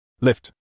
Lift